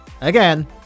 Again